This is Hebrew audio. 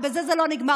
אבל בזה זה לא נגמר.